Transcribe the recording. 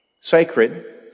Sacred